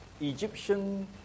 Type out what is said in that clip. Egyptian